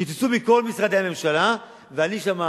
קיצצו מכל משרדי הממשלה, ואני שם,